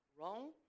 wrong